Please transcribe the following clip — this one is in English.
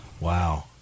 Wow